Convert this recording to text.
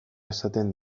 esaten